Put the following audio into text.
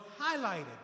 highlighted